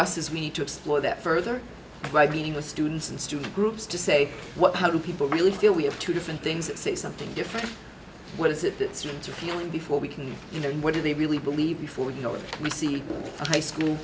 us is we need to explore that further by meeting with students and student groups to say what how do people really feel we have two different things that say something different what is it that students are feeling before we can you know what do they really believe before you know it we see a high school